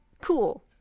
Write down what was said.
cool